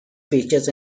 beaches